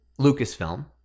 lucasfilm